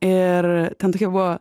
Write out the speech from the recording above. ir ten tokia buvo